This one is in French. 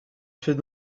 fait